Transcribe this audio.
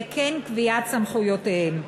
וכן קביעת סמכויותיהם.